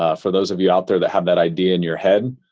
ah for those of you out there that have that idea in your head,